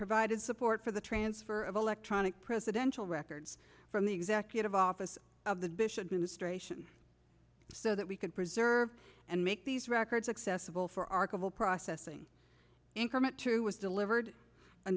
provided support for the transfer of electronic presidential records from the executive office of the bishop ministration so that we can preserve and make these records accessible for our couple processing increment true was delivered